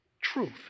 truth